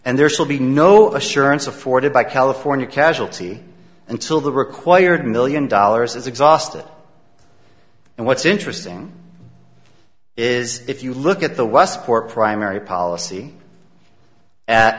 and there will be no assurance afforded by california casualty until the required million dollars is exhausted and what's interesting is if you look at the westport primary policy at